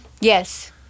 Yes